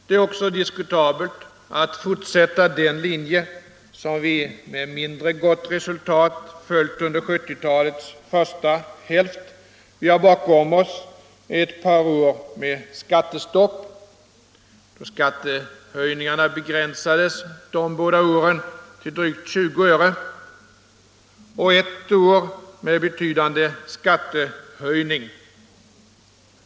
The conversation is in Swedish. Det är också diskutabelt att fortsätta den linje som vi med mindre gott resultat följt under 1970-talets första hälft. Vi har bakom oss ett par år med skattestopp — skattehöjningarna begränsades de båda åren till drygt 20 öre — och ett år med betydande skattehöjning.